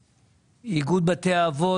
איגוד בתי האבות,